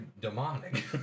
demonic